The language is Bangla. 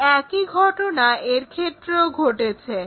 এই একই ঘটনা এর ক্ষেত্রেও ঘটেছে